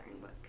book